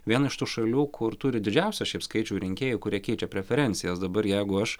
viena iš tų šalių kur turi didžiausią šiaip skaičių rinkėjų kurie keičia preferencijas dabar jeigu aš